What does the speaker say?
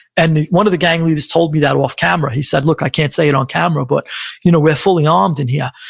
and one of the gang leaders told me that off-camera. he said, look, i can't say in on camera, but you know we're fully armed in here.